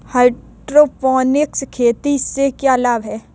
Hydroponic खेती से क्या लाभ हैं?